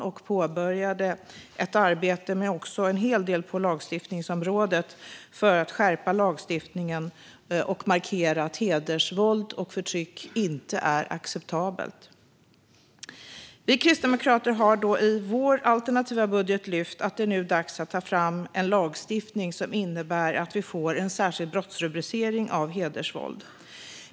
Vi påbörjade också ett arbete med en hel del på lagstiftningsområdet för att skärpa lagstiftningen och markera att hedersvåld och hedersförtryck inte är acceptabelt. Vi kristdemokrater har i vår alternativa budget lyft upp att det nu är dags att ta fram en lagstiftning som innebär att vi får en särskild brottsrubricering för hedersvåld.